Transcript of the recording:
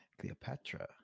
Cleopatra